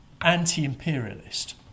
anti-imperialist